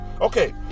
Okay